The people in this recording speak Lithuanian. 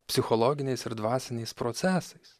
psichologiniais ir dvasiniais procesais